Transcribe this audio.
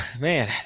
Man